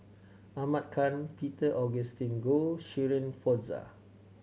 Ahmad Khan Peter Augustine Goh Shirin Fozdar